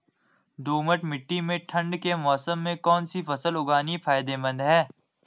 दोमट्ट मिट्टी में ठंड के मौसम में कौन सी फसल उगानी फायदेमंद है?